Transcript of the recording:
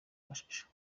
mashusho